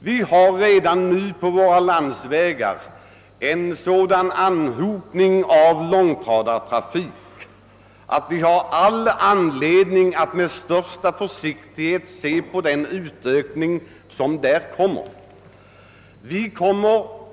Vi har redan nu på våra landsvägar en sådan anhopning av långtradartrafik att vi har all anledning att vara ytterst försiktiga med att ytterligare öka den.